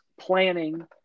planning